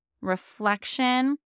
reflection